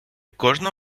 кожна